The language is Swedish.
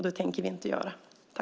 Det tänker vi inte göra.